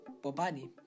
Bobani